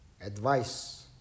Advice